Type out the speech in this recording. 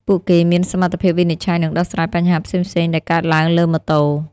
ពួកគេមានសមត្ថភាពវិនិច្ឆ័យនិងដោះស្រាយបញ្ហាផ្សេងៗដែលកើតឡើងលើម៉ូតូ។